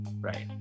Right